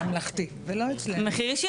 מחיר אישי,